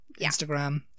Instagram